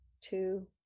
two